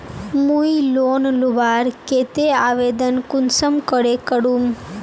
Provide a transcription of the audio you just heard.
मुई लोन लुबार केते आवेदन कुंसम करे करूम?